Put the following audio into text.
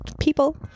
people